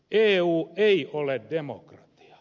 eu ei ole demokratia